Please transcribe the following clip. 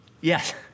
Yes